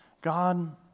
God